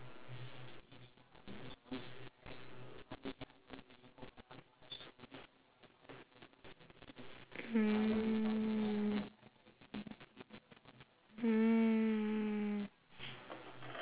mm